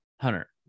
Hunter